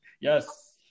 Yes